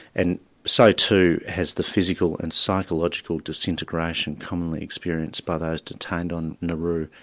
and so too has the physical and psychological disintegration commonly experienced by those detained on nauru,